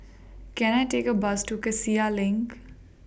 Can I Take A Bus to Cassia LINK